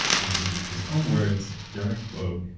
and in his own words, direct quote,